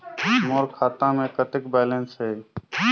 मोर खाता मे कतेक बैलेंस हे?